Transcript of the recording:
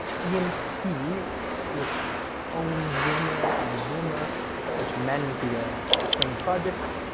yeah emc, which owns vmware and vmware which manages the um the spring projects,